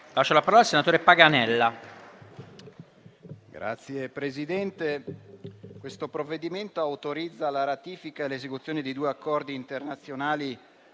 questo provvedimento autorizza la ratifica e l'esecuzione di due accordi internazionali